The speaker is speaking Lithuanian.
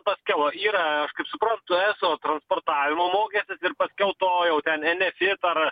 paskiau yra aš kaip supratau eso transportavimo mokestis ir paskiau to jau ten enefit ar